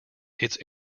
its